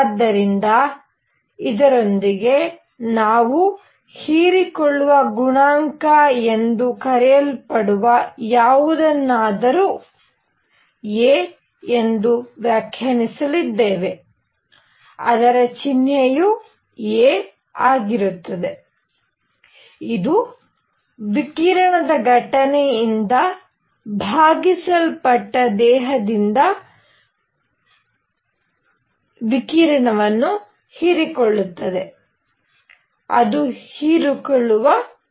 ಆದ್ದರಿಂದ ಇದರೊಂದಿಗೆ ನಾವು ಹೀರಿಕೊಳ್ಳುವ ಗುಣಾಂಕ ಎಂದು ಕರೆಯಲ್ಪಡುವ ಯಾವುದನ್ನಾದರೂ a ಎಂದು ವ್ಯಾಖ್ಯಾನಿಸಲಿದ್ದೇವೆ ಅದರ ಚಿಹ್ನೆಯು a ಆಗಿರುತ್ತದೆ ಇದು ವಿಕಿರಣದ ಘಟನೆಯಿಂದ ಭಾಗಿಸಲ್ಪಟ್ಟ ದೇಹದಿಂದ ವಿಕಿರಣವನ್ನು ಹೀರಿಕೊಳ್ಳುತ್ತದೆ ಅದು ಹೀರಿಕೊಳ್ಳುವ ಗುಣಾಂಕ